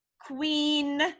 queen